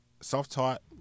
self-taught